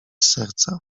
serca